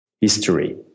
history